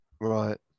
right